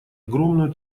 огромную